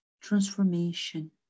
transformation